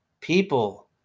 people